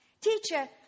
Teacher